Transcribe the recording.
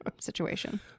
situation